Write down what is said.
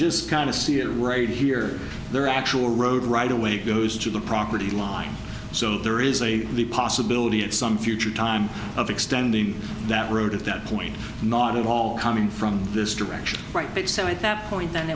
just kind of see it right here their actual road right away goes to the property line so there is a the possibility at some future time of extending that road at that point not at all coming from this direction right but so at that point then